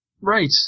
Right